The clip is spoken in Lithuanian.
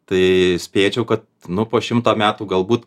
tai spėčiau kad nu po šimto metų galbūt